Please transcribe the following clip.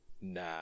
Nah